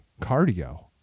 cardio